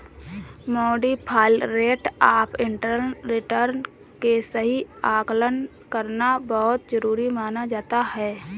modified rate of internal return के सही आकलन करना बहुत जरुरी माना जाता है